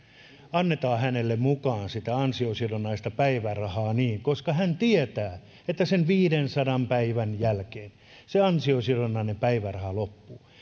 annetaan hänelle mukaan sitä ansiosidonnaista päivärahaa koska hän tietää että sen viidensadan päivän jälkeen se ansiosidonnainen päiväraha loppuu